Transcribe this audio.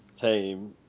team